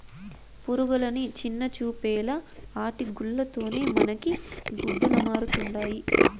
పురుగులని చిన్నచూపేలా ఆటి గూల్ల తోనే మనకి గుడ్డలమరుతండాయి